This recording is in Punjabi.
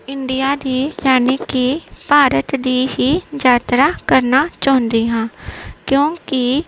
ਇੰਡੀਆ ਦੀ ਯਾਨੀ ਕਿ ਭਾਰਤ ਦੀ ਹੀ ਯਾਤਰਾ ਕਰਨਾ ਚਾਹੁੰਦੀ ਹਾਂ ਕਿਉਂਕਿ